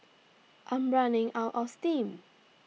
I'm running out of steam